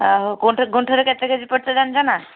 ଆଉ ଗୁଣ୍ଠରେ ଗୁଣ୍ଠରେ କେତେ କେଜି ପଡ଼ୁଛି ଜାଣିଛନା